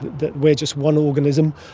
that we are just one organism.